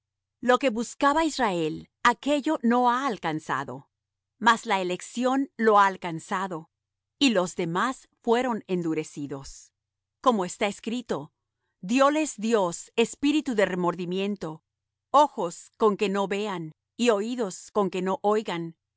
lo que buscaba israel aquello no ha alcanzado mas la elección lo ha alcanzado y los demás fueron endurecidos como está escrito dióles dios espíritu de remordimiento ojos con que no vean y oídos con que no oigan